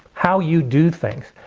how you do things.